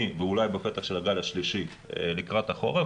ואולי בפתח של הגל השלישי לקראת החורף,